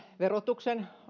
verotuksen